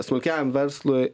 smulkiajam verslui